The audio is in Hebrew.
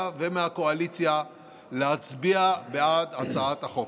ומהקואליציה להצביע בעד הצעת החוק.